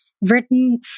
written